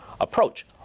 approach